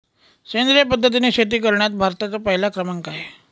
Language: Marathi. सेंद्रिय पद्धतीने शेती करण्यात भारताचा पहिला क्रमांक आहे